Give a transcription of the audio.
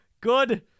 Good